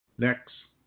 next,